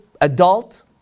adult